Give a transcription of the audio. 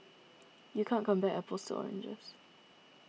you can't compare apples to oranges